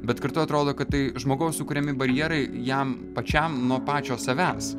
bet kartu atrodo kad tai žmogaus sukuriami barjerai jam pačiam nuo pačio savęs